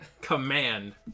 command